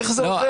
איך זה עוזר?